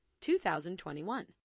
2021